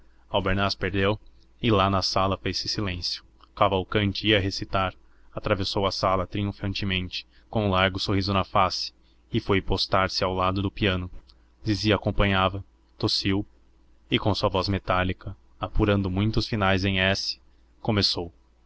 amigo albernaz perdeu e lá na sala fez-se silêncio cavalcanti ia recitar atravessou a sala triunfantemente com um largo sorriso na face e foi postar-se ao lado do piano zizi acompanhava tossiu e com a sua voz metálica apurando muito os finais em s começou